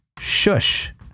shush